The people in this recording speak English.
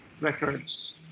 records